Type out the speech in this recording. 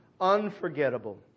unforgettable